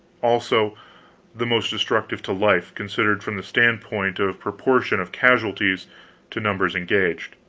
also the most destructive to life, considered from the standpoint of proportion of casualties to numbers engaged.